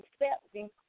accepting